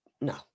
no